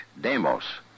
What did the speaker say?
demos